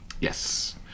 Yes